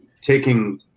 taking